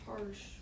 Harsh